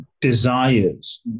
desires